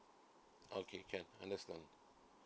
okay can understand